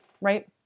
right